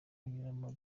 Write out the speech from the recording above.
kunyuramo